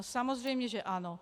Samozřejmě že ano!